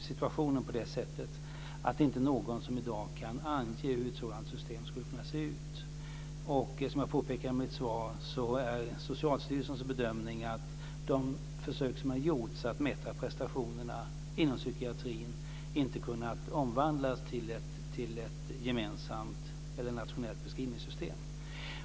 Fru talman! Först detta med möjligheterna av ett nationellt beskrivningssystem. Jag har förstått situationen på det sättet att det inte är någon som i dag kan ange hur ett sådant system skulle kunna se ut. Som jag påpekade i mitt svar är Socialstyrelsens bedömning att de försök som har gjorts att mäta prestationerna inom psykiatrin inte kunnat omvandlas till ett nationellt beskrivningssystem.